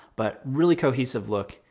but really cohesive look,